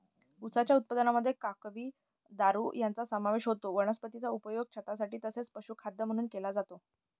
उसाच्या उत्पादनामध्ये काकवी, दारू यांचा समावेश होतो वनस्पतीचा उपयोग छतासाठी तसेच पशुखाद्य म्हणून केला जातो